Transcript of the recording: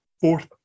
fourth